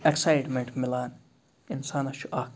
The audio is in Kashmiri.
ایٚکسایٹمیٚنٹ میلان اِنسانَس چھُ اَکھ